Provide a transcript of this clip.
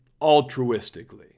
altruistically